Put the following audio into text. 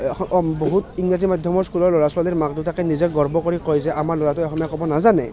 বহুত ইংৰাজী স্কুলৰ ল'ৰা ছোৱালীৰ মাক দেউতাকে নিজে গৰ্ব কৰি কয় যে আমাৰ ল'ৰাটোৱে অসমীয়া ক'ব নাজানে